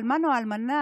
האלמן או האלמנה,